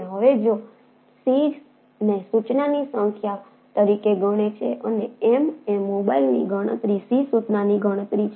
હવે જો c ને સૂચનાની સંખ્યા તરીકે ગણે છે અને m એ મોબાઇલની ગણતરી c સૂચનાની ગણતરી છે